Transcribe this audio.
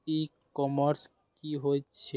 ई commerce की होय छेय?